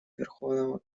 верховного